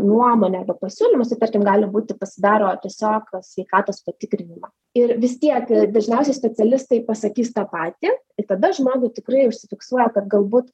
nuomonę arba pasiūlymus tai tarkim gali būti pasidaro tiesiog sveikatos patikrinimą ir vis tiek dažniausiai specialistai pasakys tą patį ir tada žmogui tikrai užsifiksuoja kad galbūt